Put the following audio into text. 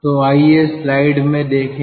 तो आइए स्लाइड में देखें